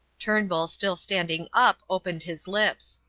turnbull, still standing up, opened his lips.